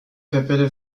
kapelle